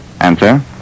Answer